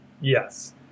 Yes